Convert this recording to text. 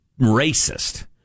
racist